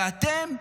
ואתם?